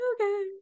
okay